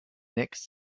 next